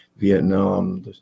Vietnam